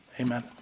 amen